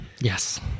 Yes